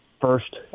first